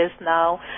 now